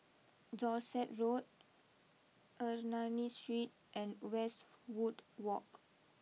Dorset Road Ernani Street and Westwood walk